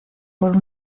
por